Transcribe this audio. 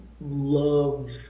love